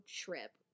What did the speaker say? trip